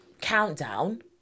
Countdown